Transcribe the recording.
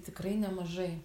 tikrai nemažai